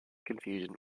confusion